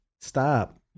stop